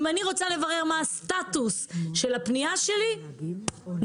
אם אני רוצה לברר מה הסטטוס של הפנייה שלי נייט,